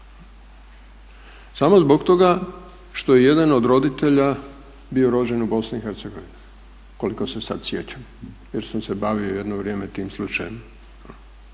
Samo zbog toga što je jedan od roditelja bio rođen u Bosni i Hercegovini koliko se sad sjećam, jer sam se bavio jedno vrijeme tim slučajem.